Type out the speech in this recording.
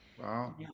Wow